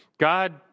God